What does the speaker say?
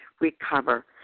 recover